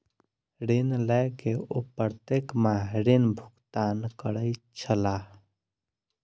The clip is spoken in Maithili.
ऋण लय के ओ प्रत्येक माह ऋण भुगतान करै छलाह